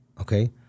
okay